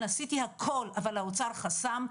עשיתי הכול אבל האוצר חסם,